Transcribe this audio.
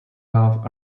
half